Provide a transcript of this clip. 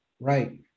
right